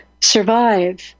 survive